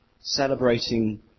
celebrating